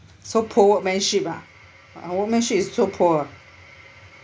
so poor workmanship ah her workmanship is so poor